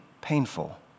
painful